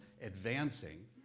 advancing